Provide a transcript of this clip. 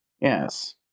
Yes